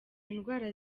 indwara